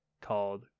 called